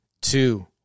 two